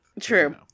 True